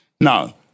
Now